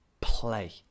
play